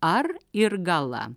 ar ir gala